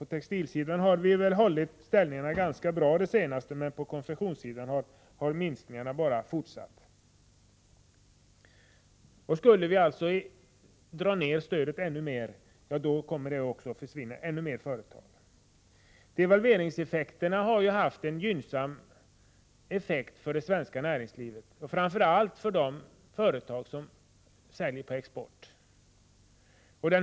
På textilområdet har vi väl hållit ställningarna ganska väl på senare tid, men på konfektionssidan har minskningarna bara fortsatt. Skulle stödet dras ner ännu mer, då kommer ännu fler företag att försvinna. Devalveringarna har haft en gynnsam effekt på det svenska näringslivet, framför allt för de företag som säljer på export.